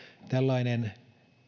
tällainen